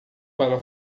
para